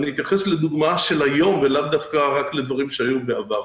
אתייחס לדוגמה של היום ולאו דווקא רק לדברים שהיו בעבר.